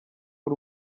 w’u